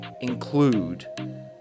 include